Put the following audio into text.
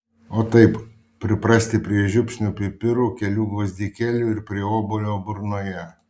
o taip priprasti prie žiupsnio pipirų kelių gvazdikėlių ir prie obuolio burnoje